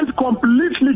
completely